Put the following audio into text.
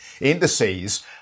indices